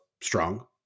strong